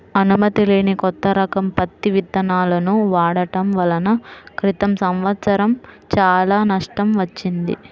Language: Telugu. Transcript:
అనుమతి లేని కొత్త రకం పత్తి విత్తనాలను వాడటం వలన క్రితం సంవత్సరం చాలా నష్టం వచ్చింది